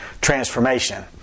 transformation